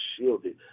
shielded